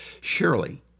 Surely